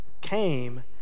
came